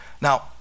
Now